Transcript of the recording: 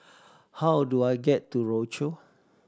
how do I get to Rochor